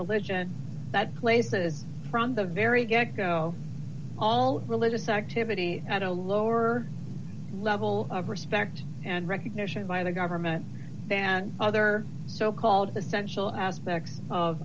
religion that place is from the very get go all religious activity at a lower level of respect and recognition by the government and other so called essential aspects of